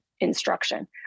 instruction